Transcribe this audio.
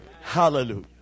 Hallelujah